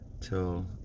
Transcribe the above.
till